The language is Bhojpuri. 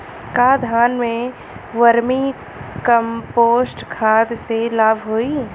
का धान में वर्मी कंपोस्ट खाद से लाभ होई?